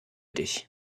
dich